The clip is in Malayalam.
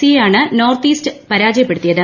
സിയെയാണ് നോർത്ത് ഇൌസ്റ്റ് പർട്ജയപ്പെടുത്തിയത്